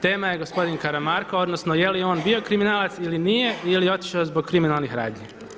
Tema je gospodin Karamarko odnosno je li on bio kriminalac ili nije i je li otišao zbog kriminalnih radnji.